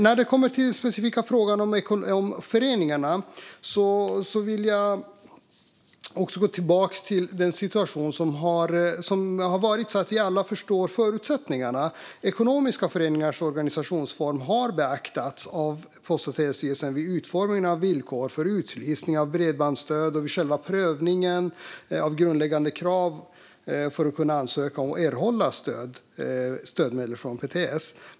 Låt mig gå in på den specifika frågan om föreningarna. Jag vill gå tillbaka till den situation som rådde tidigare så att vi alla förstår förutsättningarna. Ekonomiska föreningars organisationsform har beaktats av Post och telestyrelsen vid utformningen av villkor för utlysning av bredbandsstöd och vid själva prövningen av grundläggande krav för att kunna ansöka och erhålla stödmedel från PTS.